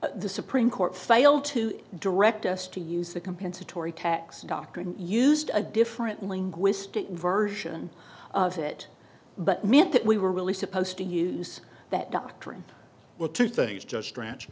that the supreme court failed to direct us to use the compensatory tax doctrine used a different linguistic version of it but meant that we were really supposed to use that doctrine well two things just